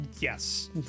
Yes